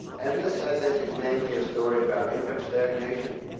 and this i think is mainly a story about income stagnation.